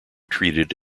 treated